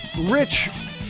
Rich